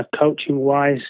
Coaching-wise